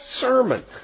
sermon